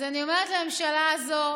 אז אני אומרת לממשלה הזו,